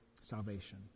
salvation